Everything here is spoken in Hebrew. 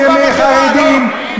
מחרדים,